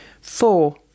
Four